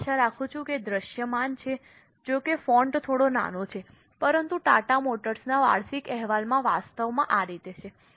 હું આશા રાખું છું કે તે દૃશ્યમાન છે જો કે ફોન્ટ થોડો નાનો છે પરંતુ ટાટા મોટર્સના વાર્ષિક અહેવાલમાં વાસ્તવમાં આ રીતે છે